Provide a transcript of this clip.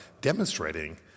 demonstrating